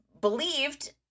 believed